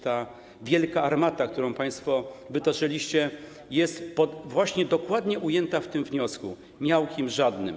Ta wielka armata, którą państwo wytoczyliście, jest właśnie dokładnie ujęta w tym wniosku, miałkim, żadnym.